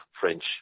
French